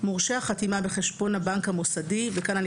מורשי החתימה בחשבון הבנק המוסדי וכאן אני